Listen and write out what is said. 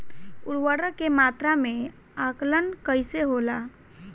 उर्वरक के मात्रा में आकलन कईसे होला?